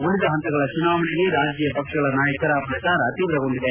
ಉಳಿದ ಹಂತಗಳ ಚುನಾವಣೆಗೆ ರಾಜಕೀಯ ಪಕ್ಷಗಳ ನಾಯಕರ ಪ್ರಚಾರ ತೀವ್ರಗೊಂಡಿದೆ